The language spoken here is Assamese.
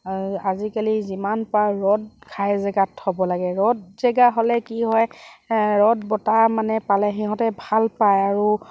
আজিকালি যিমান পাওঁ ৰ'দ খাই জেগাত থ'ব লাগে ৰ'দ জেগা হ'লে কি হয় ৰ'দ বতাহ মানে পালে সিহঁতে ভাল পায় আৰু